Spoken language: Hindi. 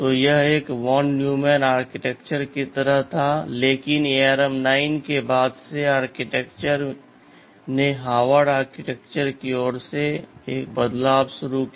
तो यह एक वॉन न्यूमैन आर्किटेक्चर की तरह था लेकिन ARM 9 के बाद से आर्किटेक्चर ने हार्वर्ड आर्किटेक्चर की ओर एक बदलाव शुरू किया